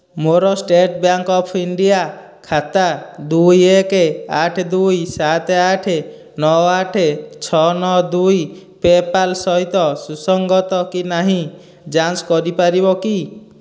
ମୋର state bank of India ଖାତା ଦୁଇ ଏକ ଆଠ ଦୁଇ ସାତ ଆଠ ନଅ ଆଠ ଛଅ ନଅ ଦୁଇ ପେ'ପାଲ୍ ସହିତ ସୁସଙ୍ଗତ କି ନାହିଁ ଯାଞ୍ଚ କରିପାରିବ କି